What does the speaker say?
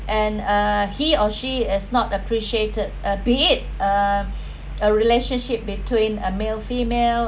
and uh he or she is not appreciated a bit a a relationship between a male female